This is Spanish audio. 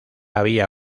había